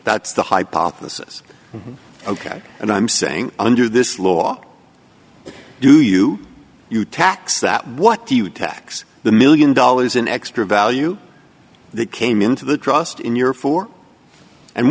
at's the hypothesis ok and i'm saying under this law do you you tax that what do you tax the million dollars in extra value that came into the trust in your four and